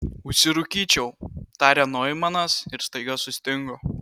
užsirūkyčiau tarė noimanas ir staiga sustingo